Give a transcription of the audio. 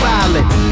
Violent